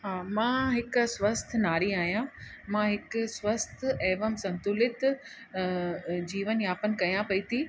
हा मां हिकु स्वस्थ नारी आहियां मां हिकु स्वस्थ एवं संतुलित जीवन यापन कयां पई थी